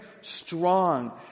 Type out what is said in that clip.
strong